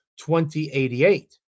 2088